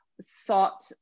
sought